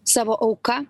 savo auka